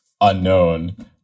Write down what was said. unknown